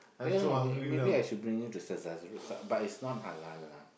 yeah wait maybe I should bring you to Saizeriya but is not halal lah